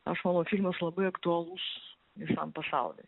aš manau filmas labai aktualus visam pasauliui